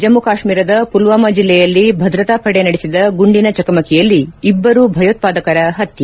ಜಮ್ಲ ಕಾಶ್ಸೀರದ ಪುಲ್ನಾಮ ಜಿಲ್ಲೆಯಲ್ಲಿ ಭದ್ರತಾ ಪಡೆ ನಡೆಸಿದ ಗುಂಡಿನ ಚಕಮಕಿಯಲ್ಲಿ ಇಬ್ಲರು ಭಯೋತ್ವಾದಕರ ಹತ್ಯೆ